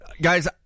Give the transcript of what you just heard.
Guys